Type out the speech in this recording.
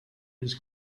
his